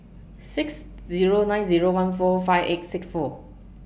six Zero nine Zero one four five eight six four